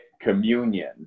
communion